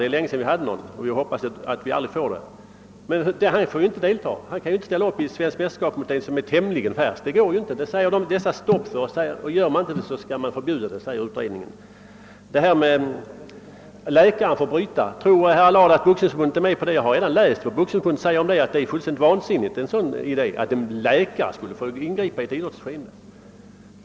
Det var länge sedan vi hade någon, och jag hoppas att vi aldrig får det. Han skulle ju inte få delta; han skulle ju inte kunna ställa upp i ett svenskt mästerskap mot en tämligen färsk boxare, om man skulle hålla på principen om jämbördiga motståndare. Det skulle man sätta stopp för, och om man inte gör det, skulle man enligt utredningen förbjuda boxning. Vad beträffar utredningens rekommendation att läkaren skall få bryta, vill jag fråga, om herr Allard tror, att Boxningsförbundet är med på det. Jag har redan läst vad Boxningsförbundet säger om det. Det säger att det är fullständigt vansinnigt med en sådan idé som att en läkare skulle få ingripa i ett idrottsskeende.